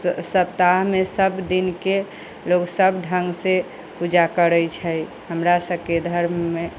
सप्ताह मे सब दिनके लोग सब ढंग से पूजा करै छै हमरा सबके धर्म मे